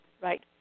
Right